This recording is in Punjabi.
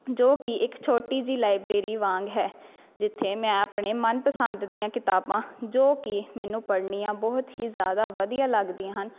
ਜੋ ਕਿ ਇੱਕ ਛੋਟੀ ਜਿਹੀ ਲਾਇਬ੍ਰੇਰੀ ਵਾਂਗ ਹੈ ਜਿੱਥੇ ਮੈਂ ਆਪਣੇ ਮਨਪਸੰਦ ਦੀਆਂ ਕਿਤਾਬਾਂ ਜੋ ਕਿ ਮੈਨੂੰ ਪੜ੍ਹਣੀਆਂ ਮੈਨੂੰ ਬਹੁਤ ਹੀ ਜ਼ਿਆਦਾ ਵਧੀਆ ਲੱਗਦੀਆਂ ਹਨ